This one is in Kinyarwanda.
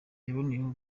yaboneyeho